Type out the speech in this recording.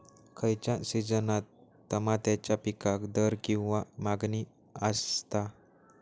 खयच्या सिजनात तमात्याच्या पीकाक दर किंवा मागणी आसता?